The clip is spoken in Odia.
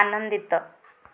ଆନନ୍ଦିତ